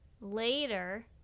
later